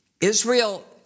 Israel